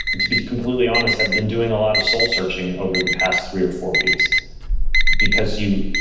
to be completely honest, i've been doing a lot of soul searching over the past three or four weeks because, you